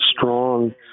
strong